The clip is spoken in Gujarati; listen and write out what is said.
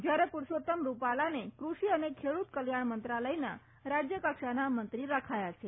જયારે પરસોત્તમ રૂપાલાને ક્રષિ અને ખેડ્રત કલ્યાણ મંત્રાલયના રાજ્યકક્ષાના મંત્રી રખાયા છે